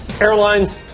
airlines